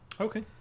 Okay